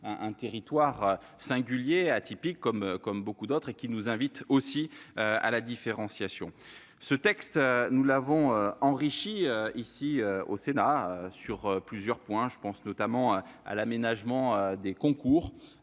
un territoire singulier, atypique, comme beaucoup d'autres, ce qui nous invite à la différenciation. Ce texte, nous l'avons enrichi, ici, au Sénat, sur plusieurs points. Je pense par exemple à l'aménagement des concours